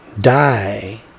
die